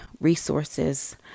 resources